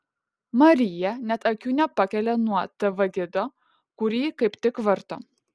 marija net akių nepakelia nuo tv gido kurį kaip tik varto